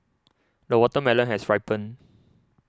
the watermelon has ripened